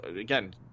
again